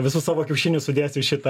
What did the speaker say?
visus savo kiaušinius sudėsiu į šitą